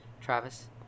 Travis